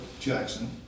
Jackson